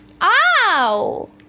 Ow